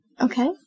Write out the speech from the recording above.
Okay